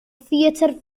theatr